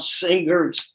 singers